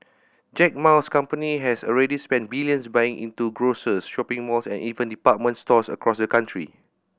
Jack Ma's company has already spent billions buying into grocers shopping malls and even department stores across the country